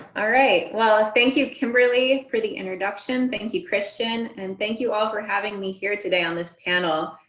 all right. well, ah thank you, kimberly, for the introduction. thank you, christian, and thank you all for having me here today on this panel.